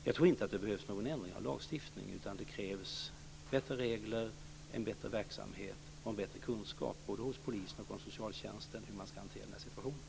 Jag tror inte att det behövs någon ändring av lagstiftning, utan det krävs bättre regler, en bättre verksamhet och en bättre kunskap både hos polisen och hos socialtjänsten om hur man ska hantera den här situationen.